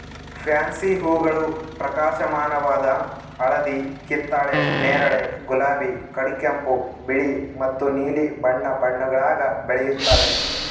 fancy ಹೂಗಳು ಪ್ರಕಾಶಮಾನವಾದ ಹಳದಿ ಕಿತ್ತಳೆ ನೇರಳೆ ಗುಲಾಬಿ ಕಡುಗೆಂಪು ಬಿಳಿ ಮತ್ತು ನೀಲಿ ಬಣ್ಣ ಬಣ್ಣಗುಳಾಗ ಬೆಳೆಯುತ್ತವೆ